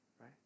Right